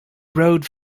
rode